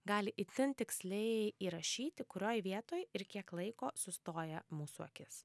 gali itin tiksliai įrašyti kurioj vietoj ir kiek laiko sustoja mūsų akis